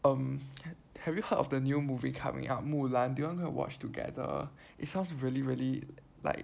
um have you heard of the new movie coming out 木兰 do you wanna watch together it sounds really really like